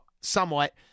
somewhat